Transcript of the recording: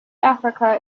africa